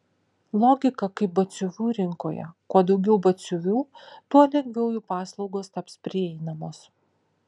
logika kaip batsiuvių rinkoje kuo daugiau batsiuvių tuo lengviau jų paslaugos taps prieinamos